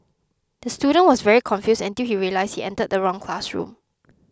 the student was very confused until he realised he entered the wrong classroom